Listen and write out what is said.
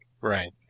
Right